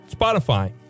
Spotify